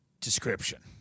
description